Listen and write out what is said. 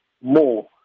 more